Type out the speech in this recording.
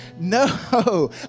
no